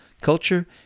culture